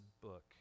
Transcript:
book